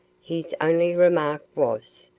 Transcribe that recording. his only remark was,